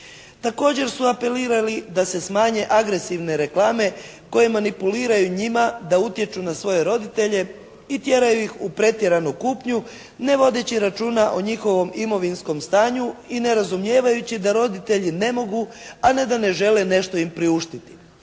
Također su apelirali da se smanje agresivne reklame koje manipuliraju njima da utječu na svoje roditelje i tjeraju ih u pretjeranu kupnju ne vodeći računa o njihovom imovinskom stanju i nerazumijevajući da roditelji ne mogu a ne da ne žele nešto im priuštiti.